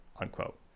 unquote